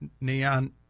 neon